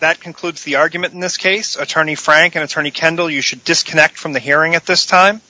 that concludes the argument in this case attorney frank attorney kendall you should disconnect from the hearing at this time